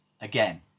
again